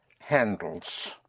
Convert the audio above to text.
handles